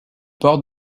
port